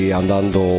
andando